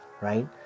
right